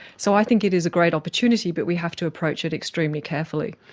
so i think it is a great opportunity but we have to approach it extremely carefully.